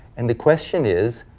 and the question is,